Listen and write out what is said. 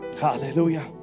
Hallelujah